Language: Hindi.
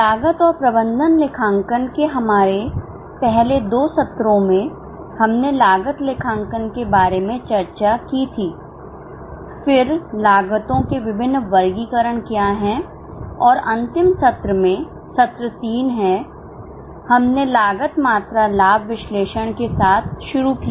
लागत और प्रबंधन लेखांकन के हमारे पहले दो सत्रों में हमने लागत लेखांकन के बारे में चर्चा की थी फिर लागतों के विभिन्न वर्गीकरण क्या हैं और अंतिम सत्र में सत्र 3 है हमने लागत मात्रा लाभ विश्लेषण के साथ शुरू किया